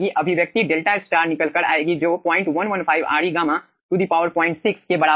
अभिव्यक्ति delta star निकलकर आएगी जो 115 Re गामा 6 के बराबर है